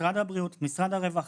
משרד הבריאות, משרד הרווחה,